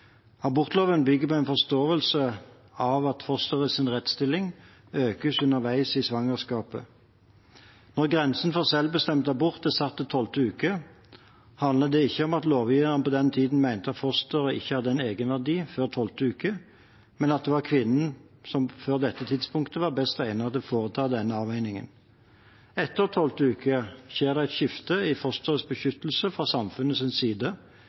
Abortloven bygger på en forståelse av at fosterets rettsstilling økes underveis i svangerskapet. Når grensen for selvbestemt abort er satt til tolvte uke, handler det ikke om at lovgiverne på den tiden mente at fosteret ikke har en egenverdi før tolvte uke, men at det var kvinnen som før dette tidspunktet var best egnet til å foreta den avveiningen. Etter tolvte uke skjer det et skifte i fosterets beskyttelse fra samfunnets side,